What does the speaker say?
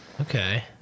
Okay